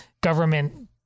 government